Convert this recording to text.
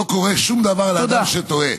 לא קורה שום דבר לאדם שטועה,